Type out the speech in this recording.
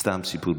סתם סיפור.